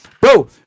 Bro